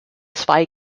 zwei